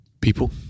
people